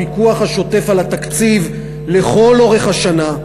הפיקוח השוטף על התקציב לכל אורך השנה,